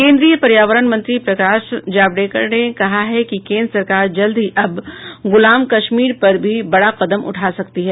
केन्द्रीय पर्यावरण मंत्री प्रकाश जावडेकर ने कहा है कि केन्द्र सरकार जल्द ही अब गुलाम कश्मीर पर भी बड़ा कदम उठा सकती है